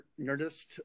Nerdist